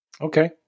Okay